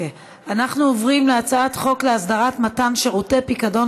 עוברים להצעת חוק להסדרת מתן שירותי פיקדון